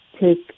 take